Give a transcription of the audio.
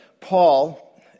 Paul